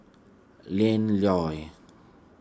Ian Loy